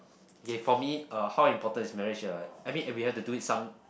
okay for me uh how important is marriage uh I mean and we have to do it some